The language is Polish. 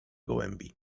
gołębi